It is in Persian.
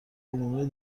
عمومی